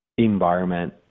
environment